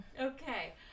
Okay